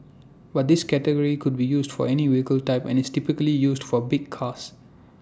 but this category could be used for any vehicle type and is typically used for big cars